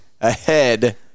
ahead